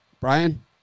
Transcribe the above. Brian